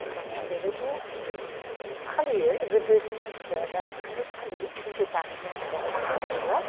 दङ बेफोरखौ फालियो गोदोनि मानसिफ्रा दासिमबो फालियो खिन्थु दानि मानसिया सोरबा सोरबा